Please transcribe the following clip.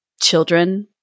children